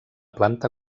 planta